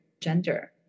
gender